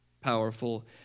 powerful